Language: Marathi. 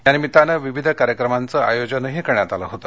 या निमित्तानं विविध कार्यक्रमांच आयोजन करण्यात आलं होत